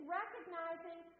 recognizing